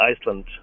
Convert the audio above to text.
Iceland